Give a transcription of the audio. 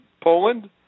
Poland